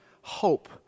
Hope